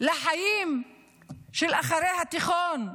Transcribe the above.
לחיים של אחרי התיכון,